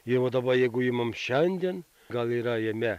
jau va daba jeigu imam šiandien gal yra jame